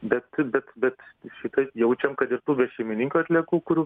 bet bet bet į šitą jaučiam kad ir tų va šeimininko atliekų kurių